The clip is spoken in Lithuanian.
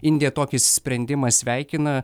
indija tokį sprendimą sveikina